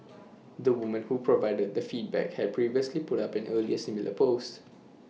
the woman who provided the feedback had previously put up an earlier similar post